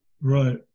Right